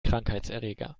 krankheitserreger